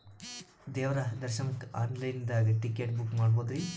ದೇವ್ರ ದರ್ಶನಕ್ಕ online ದಾಗ ಟಿಕೆಟ ಬುಕ್ಕ ಮಾಡ್ಬೊದ್ರಿ?